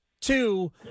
two